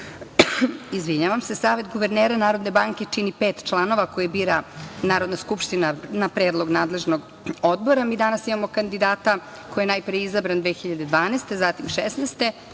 guvernera NBS. Savet guvernera Narodne banke čini pet članova koji bira Narodna skupština na predlog nadležnog odbora. Mi danas imamo kandidata koji je najpre izabran 2012. godine, zatim 2016.